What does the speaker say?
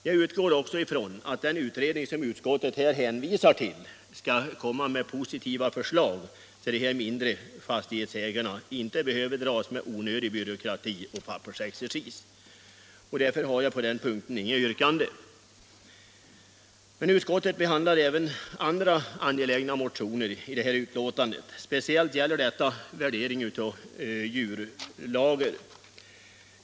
Jag utgår också ifrån att den utredning som utskottet nu hänvisar till skall komma med positiva förslag, så att de mindre fastigheterna inte behöver dras med onödig byråkrati och pappersexercis. Därför har jag på denna punkt inget yrkande. Utskottet behandlar i det här betänkandet även andra angelägna motioner. Speciellt angelägen är värderingen av djurlager.